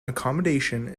accommodation